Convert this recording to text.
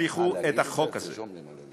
מטען שונה,